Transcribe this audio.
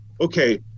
okay